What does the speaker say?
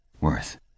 Worth